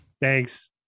Thanks